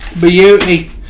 Beauty